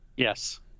Yes